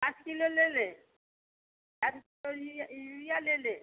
पाँच किलो ले लें अरे तो यूरिया ले लें